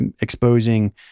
exposing